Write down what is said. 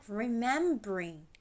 remembering